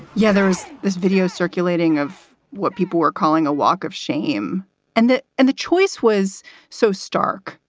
yeah, there is this video circulating of what people were calling a walk of shame and that and the choice was so stark,